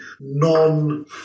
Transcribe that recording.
non